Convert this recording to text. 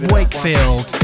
Wakefield